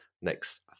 next